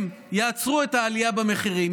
הם יעצרו את העלייה במחירים,